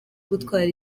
gutwara